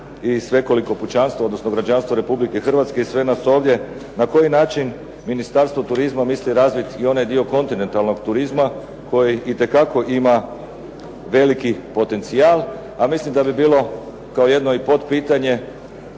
i svekoliko pučanstvo, odnosno građanstvo Republike Hrvatske i sve nas ovdje, na koji način Ministarstvo turizma mislim razviti i onaj dio kontinentalnog turizma koji itekako ima veliki potencijal. A mislim da bi bilo kao i jedno potpitanje